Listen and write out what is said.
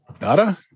Nada